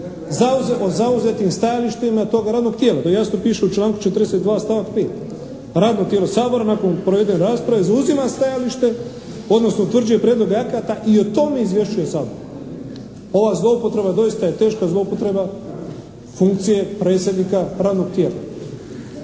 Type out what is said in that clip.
o zauzetim stajalištima toga radnog tijela. To jasno piše u članku 42. stavak 5. Radno tijelo Sabora nakon provedene rasprave zauzima stajalište, odnosno utvrđuje prijedloge akata i o tome izvješćuje Sabor. Ova zloupotreba doista je teška zloupotreba funkcije predsjednika radnog tijela.